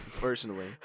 personally